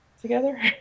together